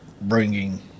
bringing